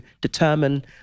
determine